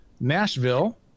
Nashville